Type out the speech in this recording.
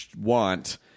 want